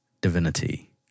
divinity